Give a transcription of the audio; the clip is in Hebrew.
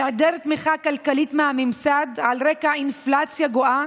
היעדר תמיכה כלכלית מהממסד על רקע אינפלציה גואה